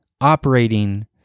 operating